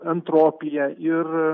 entropiją ir